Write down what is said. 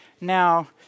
Now